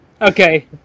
Okay